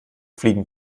fliegen